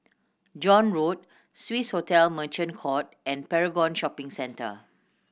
John Road Swissotel Merchant Court and Paragon Shopping Centre